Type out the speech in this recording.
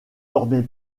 dormait